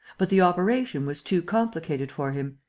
but the operation was too complicated for him.